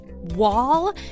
wall